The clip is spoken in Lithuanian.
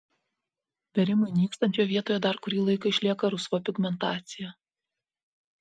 bėrimui nykstant jo vietoje dar kurį laiką išlieka rusva pigmentacija